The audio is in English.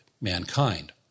mankind